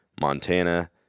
Montana